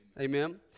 Amen